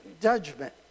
judgment